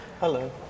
Hello